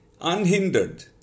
unhindered